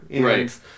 right